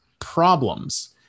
problems